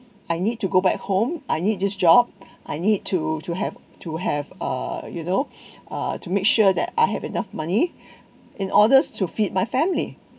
I need to go back home I need this job I need to to have to have uh you know uh to make sure that I have enough money in order to feed my family